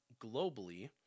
globally